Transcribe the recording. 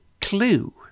clue